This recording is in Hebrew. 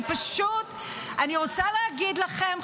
אני רוצה להגיד לכם,